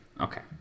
Okay